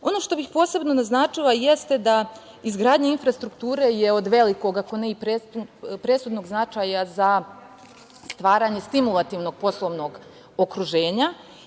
što bih posebno naznačila jeste da je izgradnja infrastrukture od velikog ako ne i presudnog značaja za stvaranje stimulativnog poslovnog okruženja.